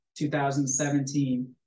2017